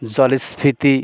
জলের স্ফীতি